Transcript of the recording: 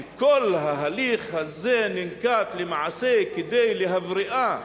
שכל ההליך הזה ננקט למעשה כדי להבריאה